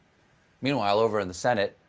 meanwhile, over in the senate,